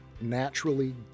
naturally